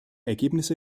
ergebnisse